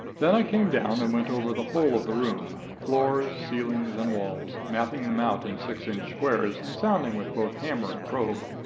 then i came down, and went over the whole of the room floor, ceiling, and walls, mapping them out in six-inch squares, and sounding with both hammer and probe.